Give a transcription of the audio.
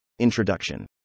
introduction